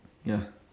ya